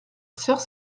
serres